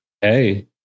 Hey